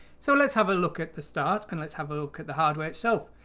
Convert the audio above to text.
so let's have a look at the start, and let's have a look at the hardware itself!